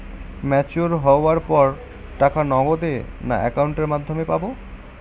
Mature হওয়ার পর টাকা নগদে না অ্যাকাউন্টের মাধ্যমে পাবো?